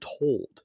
told